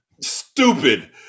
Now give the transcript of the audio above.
stupid